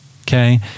okay